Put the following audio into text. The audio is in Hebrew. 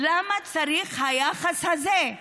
למה צריך את היחס הזה?